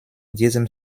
diesem